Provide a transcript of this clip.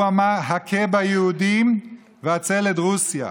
הוא אמר: הכה ביהודים והצל את רוסיה.